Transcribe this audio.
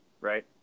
Right